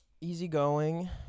easygoing